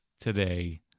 today